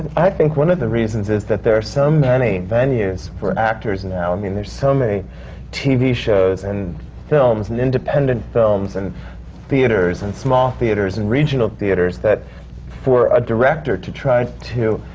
i think one of the reasons is that there are so many venues for actors now. i mean, there are so many tv shows and films and independent films and theatres and small theatres and regional theatres, that for a director to try to,